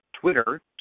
Twitter